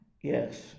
Yes